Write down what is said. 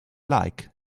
like